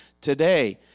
today